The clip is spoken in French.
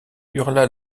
hurla